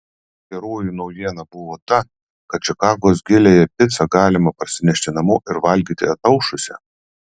geroji naujiena buvo ta kad čikagos giliąją picą galima parsinešti namo ir valgyti ataušusią